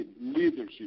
leadership